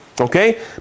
Okay